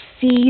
see